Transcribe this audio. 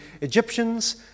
Egyptians